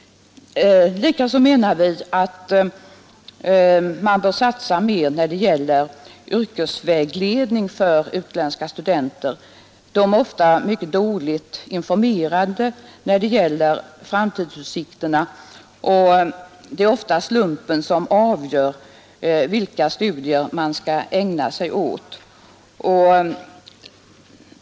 Likaså menar vi att man bör satsa mer när det gäller yrkesvägledning för utländska studenter. De är ofta mycket dåligt informerade när det gäller framtidsutsikterna, och det är ofta slumpen som avgör vilka studier de skall ägna sig åt.